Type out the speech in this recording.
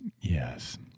Yes